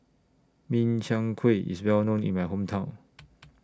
Min Chiang Kueh IS Well known in My Hometown